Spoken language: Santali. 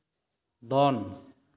ᱫᱚᱱ